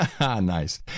nice